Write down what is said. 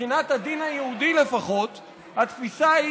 ולפחות מבחינת הדין היהודי התפיסה היא